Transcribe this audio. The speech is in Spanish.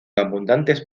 abundantes